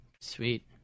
Sweet